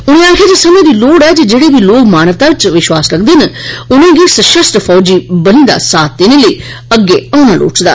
उनें आक्खेआ जे समय दी लोड़ ऐ जे जेड़े बी लोक मानवता इच विश्वास रखदे न उनेंगी सशस्त्र फौजी बलें दा साथ देने लेई अग्गें औना लोड़चदा